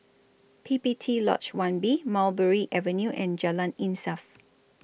P P T Lodge one B Mulberry Avenue and Jalan Insaf